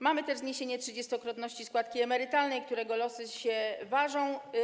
Mamy też zniesienie limitu trzydziestokrotności składki emerytalnej, którego losy się ważą.